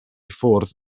ffwrdd